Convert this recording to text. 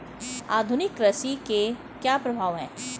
आधुनिक कृषि के क्या प्रभाव हैं?